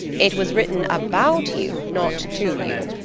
it was written about you, not to you.